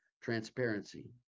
transparency